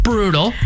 Brutal